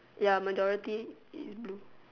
ya majority is blue